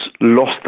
lost